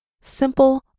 simple